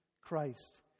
Christ